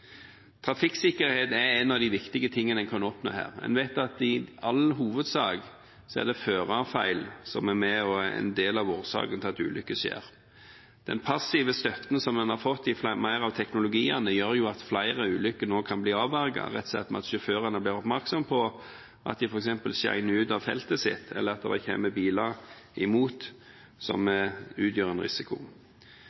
Trafikksikkerhet er en av de viktige tingene en kan oppnå her. En vet at i all hovedsak er det førerfeil som er en del av årsaken til at ulykker skjer. Den passive støtten som en har fått med mer teknologi, gjør at flere ulykker nå kan bli avverget, rett og slett ved at sjåførene blir oppmerksomme på at de f.eks. skjener ut av feltet sitt, eller at det kommer biler imot som utgjør en risiko.